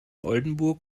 oldenburg